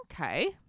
Okay